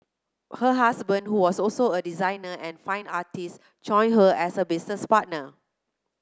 her husband who was also a designer and fine artist joined her as a business partner